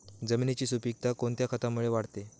जमिनीची सुपिकता कोणत्या खतामुळे वाढते?